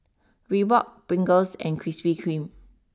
Reebok Pringles and Krispy Kreme